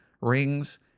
rings